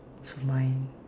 so mine